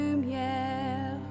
lumière